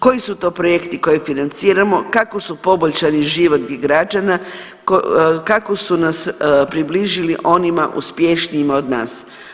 Koji su to projekti koje financiramo, kako su poboljšali život građana, kako su nas približili onima uspješnijima od nas?